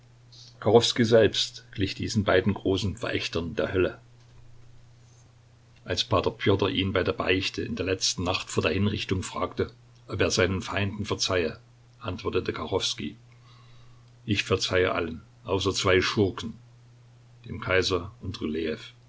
selbst glich diesen beiden großen verächtern der hölle als p pjotr ihn bei der beichte in der letzten nacht vor der hinrichtung fragte ob er seinen feinden verzeihe antwortete kachowskij ich verzeihe allen außer zwei schurken dem kaiser und